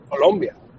Colombia